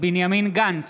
בנימין גנץ,